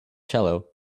cello